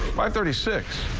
five thirty six.